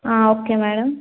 ఆ okay madam